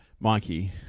mikey